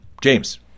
James